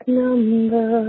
number